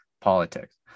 politics